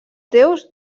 déus